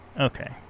Okay